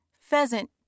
pheasant